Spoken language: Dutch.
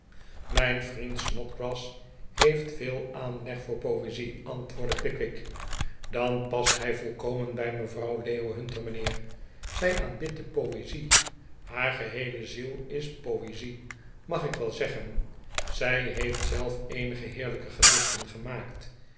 mijn vriend snodgrass heeft veel aanleg voor poezie antwoordde pickwick dan past hij volkomen bij mevrouw leo hunter mijnheer zij aanbidt de poezie haar geheele ziel is poezie mag ik wel zeggen zij heeft zelf eenige heerlijke gedichten gemaakt